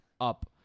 up